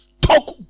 Talk